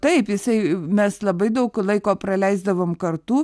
taip jisai mes labai daug laiko praleisdavom kartu